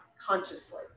consciously